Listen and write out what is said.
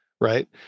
right